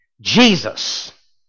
Jesus